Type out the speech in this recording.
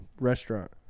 restaurant